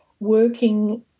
working